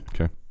Okay